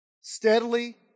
steadily